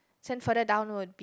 send further down would be